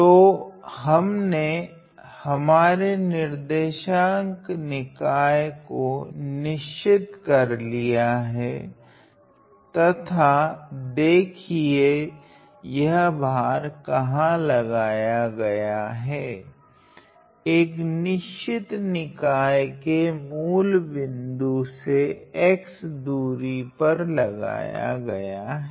तो हमने हमारे निर्देशांक निकाय को निश्चित कर लिया हैं तथा देखिये यह भर कहाँ लगाया गया हैं एक निश्चित निकाय के मूल बिन्दु से x दूरी पर लगाया गया हैं